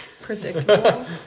Predictable